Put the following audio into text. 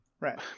right